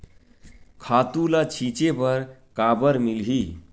खातु ल छिंचे बर काबर मिलही?